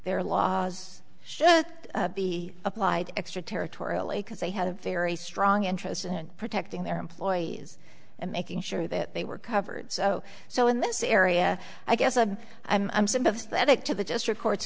their laws should be applied extraterritorial a because they had a very strong interest in protecting their employees and making sure that they were covered so so in this area i guess a i'm sympathetic to the district court